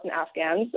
Afghans